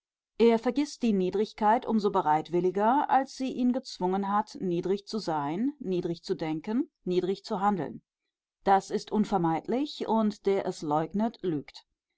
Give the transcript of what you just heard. er vergißt die niedrigkeit um so bereitwilliger als sie ihn gezwungen hat niedrig zu sein niedrig zu denken niedrig zu handeln das ist unvermeidlich und der es leugnet lügt